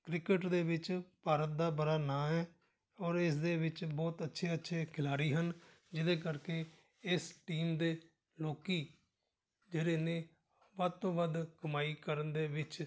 cricket ਦੇ ਵਿੱਚ ਭਾਰਤ ਦਾ ਬੜਾ ਨਾਂ ਹੈ ਔਰ ਇਸਦੇ ਵਿੱਚ ਬਹੁਤ ਅੱਛੇ ਅੱਛੇ ਖਿਲਾੜੀ ਹਨ ਜਿਹਦੇ ਕਰਕੇ ਇਸ ਟੀਮ ਦੇ ਲੋਕ ਜਿਹੜੇ ਨੇ ਵੱਧ ਤੋਂ ਵੱਧ ਕਮਾਈ ਕਰਨ ਦੇ ਵਿੱਚ